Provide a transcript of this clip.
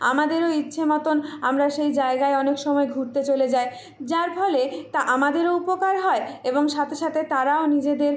আমাদেরও ইচ্ছে মতন আমরা সেই জায়গায় অনেক সময় ঘুরতে চলে যাই যার ফলে তা আমাদেরও উপকার হয় এবং সাথে সাথে তারাও নিজেদের